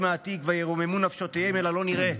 העתיק וירוממו את נפשותיהם אל הלא-נראה.